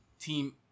team